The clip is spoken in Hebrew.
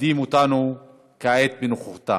ומכבדים אותנו כעת בנוכחותם,